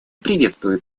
приветствует